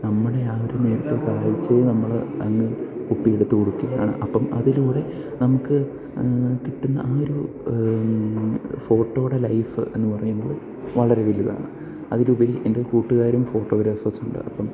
നമ്മുടെ ആ ഒരു നേർത്ത കാഴ്ച്ചയെ നമ്മൾ അങ്ങ് ഒപ്പിയെടുത്ത് കൊടുക്കുകയാണ് അപ്പം അതിലൂടെ നമുക്ക് കിട്ടുന്ന ആ ഒരു ഫോട്ടോയുടെ ലൈഫ് എന്നു പറയുമ്പോൾ വളരെ വലുതാണ് അതിലുപരി എൻ്റെ കൂട്ടുകാരും ഫോട്ടോഗ്രാഫേഴ്സ് ഉണ്ട് അപ്പം